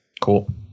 Cool